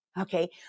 Okay